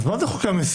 אז מה אם זה חוק המסים?